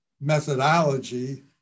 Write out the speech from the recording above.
methodology